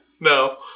No